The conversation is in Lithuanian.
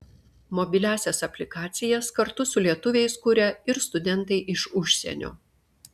mobiliąsias aplikacijas kartu su lietuviais kuria ir studentai iš užsienio